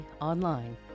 online